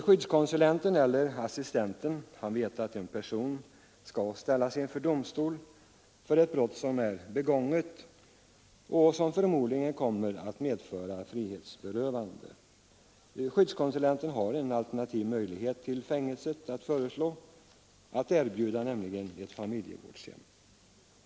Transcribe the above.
Skyddskonsulenten eller assistenten vet att en person skall ställas inför domstol för ett brott som är begånget och som förmodligen kommer att medföra frihetsberövande. Skyddskonsulenten har då en alternativ möjlighet till fängelset att föreslå, nämligen familjevårdshemmet.